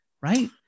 Right